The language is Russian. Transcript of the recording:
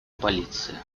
полиции